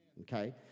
Okay